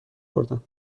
اوردم